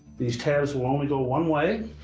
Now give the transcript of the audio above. these tabs will only go one way